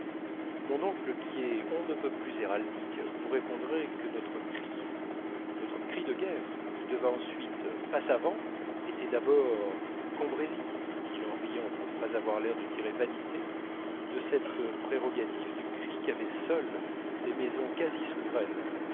mon oncle qui est on ne peut plus héraldique vous répondrait que notre cri notre cri de guerre qui devint ensuite passavant était d'abord combraysis dit-il en riant pour ne pas avoir l'air de tirer vanité de cette prérogative du cri qu'avaient seules les maisons quasi souveraines